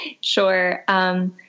Sure